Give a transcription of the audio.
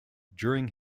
during